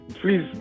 please